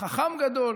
חכם גדול,